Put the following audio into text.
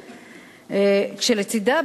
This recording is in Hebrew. כשלצדה,